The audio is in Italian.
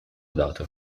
dato